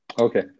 Okay